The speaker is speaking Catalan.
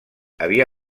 havia